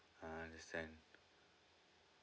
uh understand